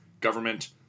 government